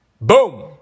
Boom